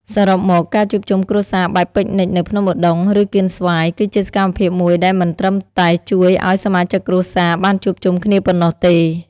សរុបមក ការជួបជុំគ្រួសារបែបពិកនិចនៅភ្នំឧដុង្គ ឬកៀនស្វាយ គឺជាសកម្មភាពមួយដែលមិនត្រឹមតែជួយឲ្យសមាជិកគ្រួសារបានជួបជុំគ្នាប៉ុណ្ណោះទេ។